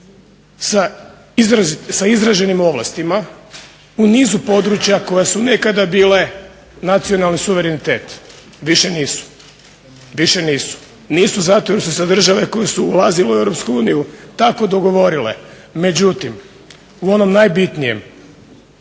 sa izraženim ovlastima u nizu područja koje su nekada bile nacionalni suverenitet, više nisu. Nisu zato jer su se države koje su ulazile u EU tako dogovorile. Međutim u onom najbitnijem